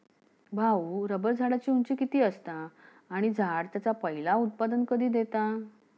भाऊ, रबर झाडाची उंची किती असता? आणि झाड त्याचा पयला उत्पादन कधी देता?